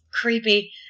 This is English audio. Creepy